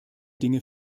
dinge